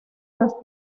las